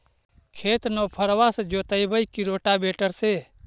खेत नौफरबा से जोतइबै की रोटावेटर से?